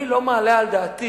אני לא מעלה על דעתי